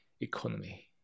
economy